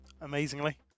amazingly